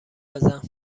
بزن